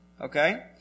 Okay